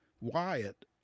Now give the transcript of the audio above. Wyatt